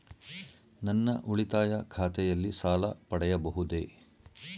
ನನ್ನ ಉಳಿತಾಯ ಖಾತೆಯಲ್ಲಿ ಸಾಲ ಪಡೆಯಬಹುದೇ?